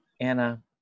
Anna